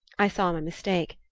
i saw my mistake.